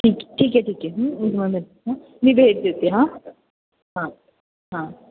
ठीक ठीक आहे मी तुम्हाला हां मी भेट देते हां हां हां